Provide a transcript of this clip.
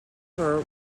were